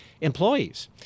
employees